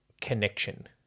connection